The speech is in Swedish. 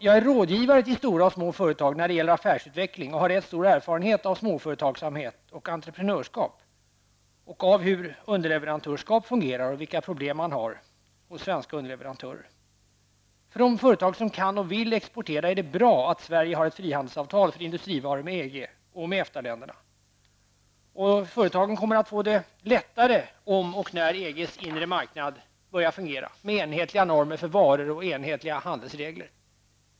Jag är rådgivare till stora och små företag när det gäller affärsutveckling och har rätt stor erfarenhet av småföretagssamhet och entreprenörskap och av hur underleverantörskap fungerar och vilka problem man har hos svenska underleverantörer. För de företag som kan och vill exportera är det bra att Sverige har ett frihandelsavtal för industrivaror med EG och EFTA-länderna. De kommer att få det lättare om och när EGs inre marknad börjar fungera, med enhetliga normer för varor och enhetliga handelsregler.